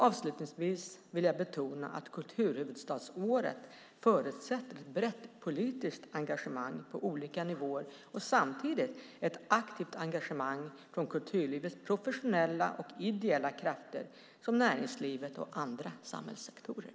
Avslutningsvis vill jag betona att kulturhuvudstadsåret förutsätter ett brett politiskt engagemang på olika nivåer och samtidigt ett aktivt engagemang från kulturlivets professionella och ideella krafter, näringslivet och andra samhällssektorer.